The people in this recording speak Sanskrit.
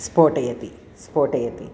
स्फोटयन्ति स्फोटयन्ति